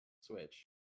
Switch